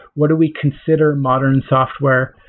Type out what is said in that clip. what do we consider modern software?